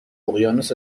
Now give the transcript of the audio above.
اقیانوس